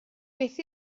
beth